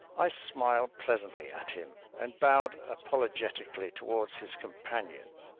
i smiled pleasantly at him and bowed apologetically toward his companion.